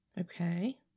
Okay